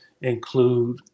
include